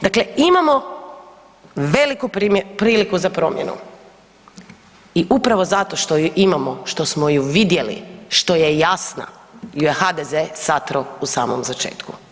Dakle, imamo veliku priliku za promjenu i upravo zato što ju imamo, što smo ju vidjeli, što je jasna, ju je HDZ satrao u samom začetku.